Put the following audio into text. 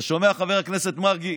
אתה שומע, חבר הכנסת מרגי,